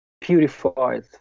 purified